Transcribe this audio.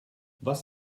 was